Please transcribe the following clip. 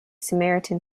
samaritan